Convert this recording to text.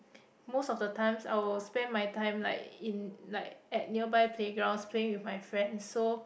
most of the times I will spend my time like in like at nearby playground playing with my friend so